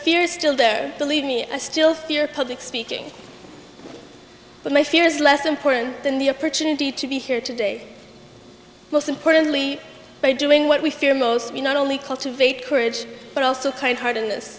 fear is still there believe me i still fear public speaking but my fear is less important than the opportunity to be here today most importantly by doing what we fear most we not only cultivate courage but also quite hard in this